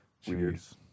Cheers